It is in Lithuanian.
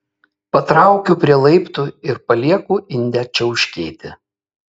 patraukiu prie laiptų ir palieku indę čiauškėti